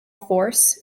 force